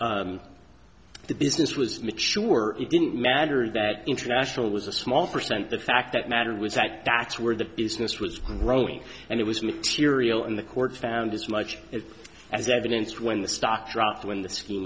that the business was mature it didn't matter that international was a small percent the fact that mattered was that that's where the business was growing and it was material in the court found as much as evidence when the stock dropped when the s